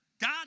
God